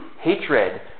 hatred